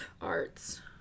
arts